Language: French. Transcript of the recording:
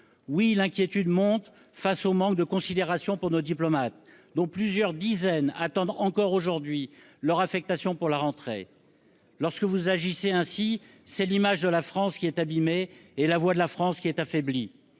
Oui, l'inquiétude monte face au manque de considération pour nos diplomates, dont plusieurs dizaines attendent encore leur affectation pour la rentrée. Lorsque vous agissez ainsi, c'est l'image de la France qui est abîmée et la voix de la France qui est affaiblie.